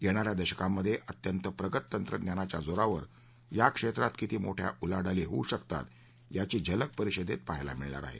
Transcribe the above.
येणा या दशकांमध्ये अत्यंत प्रगत तंत्रज्ञानाच्या जोरावर या क्षेत्रात किती मोठ्या उलाढाली होऊ शकतात याची झलक परिषदेत पहायला मिळणार आहे